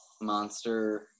Monster